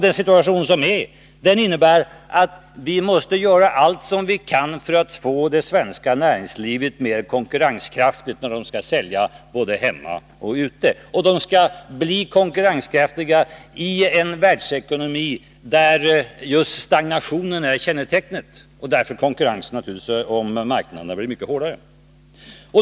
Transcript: Den situation som råder innebär att vi måste göra allt vi kan för att få det svenska näringslivet mer konkurrenskraftigt när det skall sälja både hemma och borta. Det skall också bli konkurrenskraftigt i en världsekonomi där just stagnationen är kännetecknet och där konkurrensen om marknaderna därför naturligtvis blir mycket hårdare.